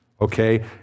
okay